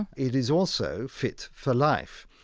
and it is also fit for life.